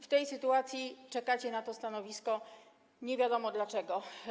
W tej sytuacji czekacie na to stanowisko nie wiadomo dlaczego.